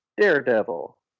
Daredevil